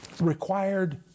required